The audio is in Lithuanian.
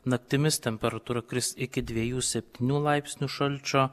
naktimis temperatūra kris iki dviejų septynių laipsnių šalčio